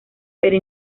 pero